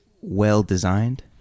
well-designed